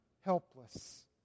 helpless